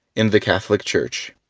in the catholic church.